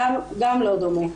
זה גם לא דומה.